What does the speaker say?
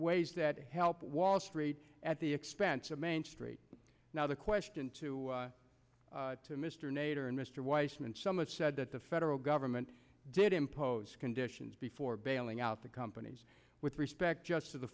ways that help wall street at the expense of main street now the question to mr nader and mr weissman some of said that the federal government did impose conditions before bailing out the companies with respect just to the